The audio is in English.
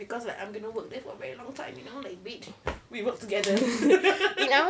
because like I'm gonna work there for very long time you know like witch we work together